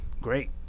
Great